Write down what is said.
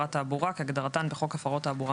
"הפרת תעבורה" כהגדרתן בחוק הפרות תעבורה